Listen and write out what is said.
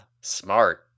Smart